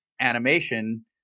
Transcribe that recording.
animation